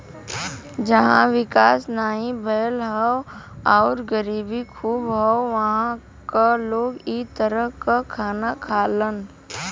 जहां विकास नाहीं भयल हौ आउर गरीबी खूब हौ उहां क लोग इ तरह क खाना खालन